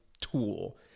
tool